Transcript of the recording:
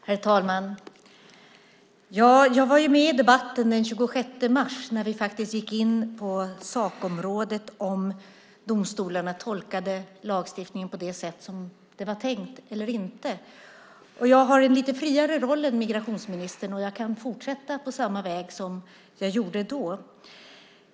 Herr talman! Jag var med i debatten den 26 mars när vi faktiskt gick in på sakområdet om domstolarna tolkade lagstiftningen på det sätt som det var tänkt eller inte. Jag har en lite friare roll än migrationsministern, och jag kan fortsätta på samma väg som jag gjorde då.